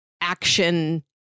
action